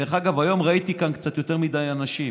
דרך אגב, היום ראיתי כאן קצת יותר מדי אנשים.